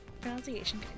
pronunciation